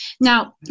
Now